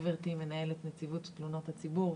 גברתי, מנהלת נציבות תלונות הציבור,